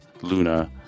Luna